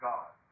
God